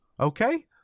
Okay